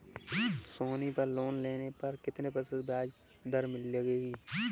सोनी पर लोन लेने पर कितने प्रतिशत ब्याज दर लगेगी?